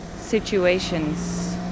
situations